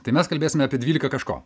tai mes kalbėsime apie dvylika kažko